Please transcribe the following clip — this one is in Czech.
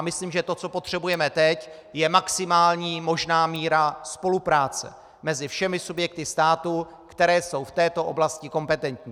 Myslím si, že to, co potřebujeme teď, je maximální možná míra spolupráce mezi všemi subjekty státu, které jsou v této oblasti kompetentní.